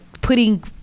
putting